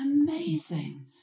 Amazing